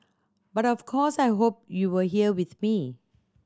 but of course I hope you were here with me